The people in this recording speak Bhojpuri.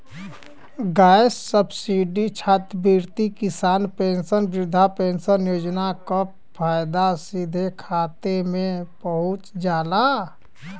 गैस सब्सिडी छात्रवृत्ति किसान पेंशन वृद्धा पेंशन योजना क पैसा सीधे खाता में पहुंच जाला